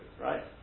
right